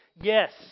Yes